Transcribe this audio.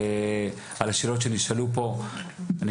על השאלות שנשאלו פה גם